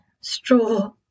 straw